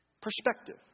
perspective